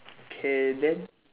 K then